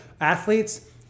athletes